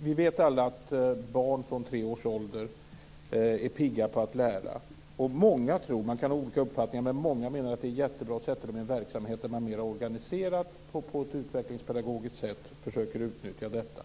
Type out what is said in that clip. Vi vet alla att barn från tre års ålder är pigga på att lära. Man kan ha olika uppfattningar, men många menar att det är jättebra att sätta dem i en verksamhet där man mer organiserat på ett utvecklingspedagogiskt sätt försöker utnyttja detta.